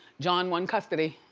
john won custody.